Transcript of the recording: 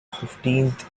fifteenth